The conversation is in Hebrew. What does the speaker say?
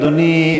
אדוני,